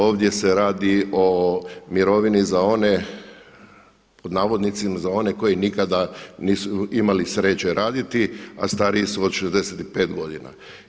Ovdje se radi o mirovini za one pod navodnicima za one koji nikada nisu imali sreće raditi, a stariji su od 65 godina.